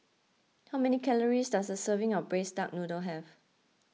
how many calories does a serving of Braised Duck Noodle have